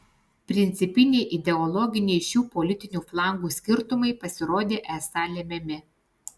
principiniai ideologiniai šių politinių flangų skirtumai pasirodė esą lemiami